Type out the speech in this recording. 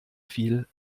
fiel